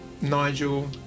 Nigel